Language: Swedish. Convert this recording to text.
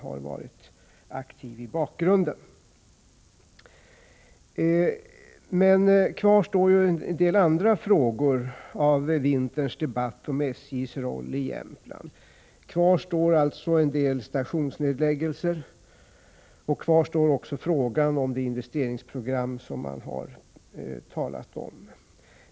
Kvar står emellertid en del andra frågor beträffande vinterns debatt om SJ:s roll i Jämtland — en del stationsnedläggningar och det investeringsprogram som man har talat om.